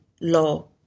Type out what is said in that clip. law